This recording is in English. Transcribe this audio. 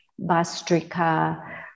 bastrika